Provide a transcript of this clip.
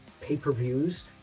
pay-per-views